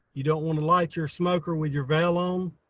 you don't want to light your smoker with your veil um